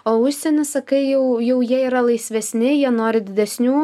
o užsieny sakai jau jau jie yra laisvesni jie nori didesnių